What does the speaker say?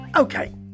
Okay